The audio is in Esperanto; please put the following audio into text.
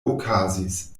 okazis